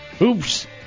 Oops